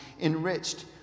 enriched